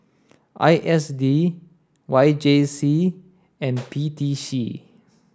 I S D Y J C and P T C